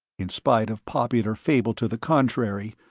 in spite of popular fable to the contrary,